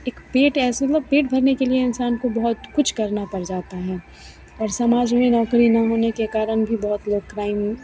इक पेट ऐसे मतलब पेट भरने के लिए इंसान को बहुत कुछ करना पड़ जाता है और समाज में न ना होने के कारण भी बहुत लोग क्राइम